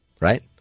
Right